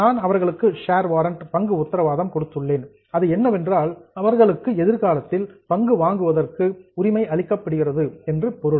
நான் அவர்களுக்கு share warrant பங்கு உத்தரவாதம் கொடுத்துள்ளேன் அது என்னவென்றால் அவர்களுக்கு எதிர்காலத்தில் பங்கு வாங்குவதற்கு உரிமை அளிக்கப்படுகிறது என்று பொருள்